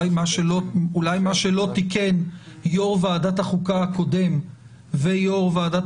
אולי מה שלא תיקן יו"ר ועדת החוקה הקודם ויו"ר ועדת